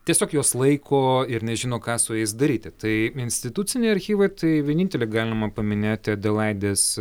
tiesiog juos laiko ir nežino ką su jais daryti tai instituciniai archyvai tai vienintelė galima paminėti adelaidės